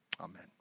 Amen